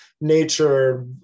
nature